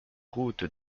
route